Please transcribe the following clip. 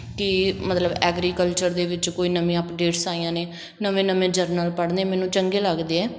ਕੀ ਮਤਲਬ ਐਗਰੀਕਲਚਰ ਦੇ ਵਿੱਚ ਕੋਈ ਨਵੀਂ ਅਪਡੇਟਸ ਆਈਆਂ ਨੇ ਨਵੇਂ ਨਵੇਂ ਜਨਰਲ ਪੜ੍ਹਨੇ ਮੈਨੂੰ ਚੰਗੇ ਲੱਗਦੇ ਹੈ